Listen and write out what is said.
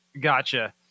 Gotcha